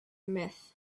myth